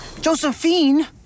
Josephine